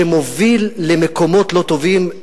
שמוביל למקומות לא טובים.